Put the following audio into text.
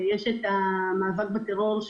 יש את המאבק בטרור,